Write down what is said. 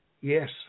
yes